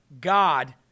God